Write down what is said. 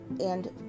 and-